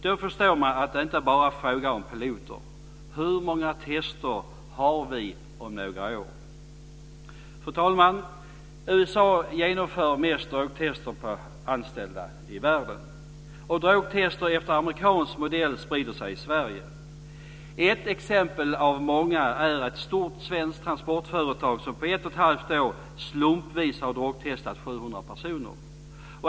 Då förstår vi att det inte bara är fråga om piloter. Hur många test har vi om några år? Fru talman! USA genomför mest drogtest på anställda i världen. Drogtest efter amerikansk modell sprider sig i Sverige. Ett exempel av många är ett stort svenskt transportföretag som på ett och ett halvt år slumpvis har drogtestat 700 personer.